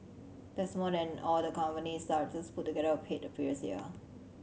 that's more than all the company's directors put together were paid the previous year